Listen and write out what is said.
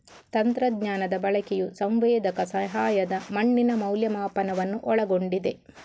ತಂತ್ರಜ್ಞಾನದ ಬಳಕೆಯು ಸಂವೇದಕ ಸಹಾಯದ ಮಣ್ಣಿನ ಮೌಲ್ಯಮಾಪನವನ್ನು ಒಳಗೊಂಡಿದೆ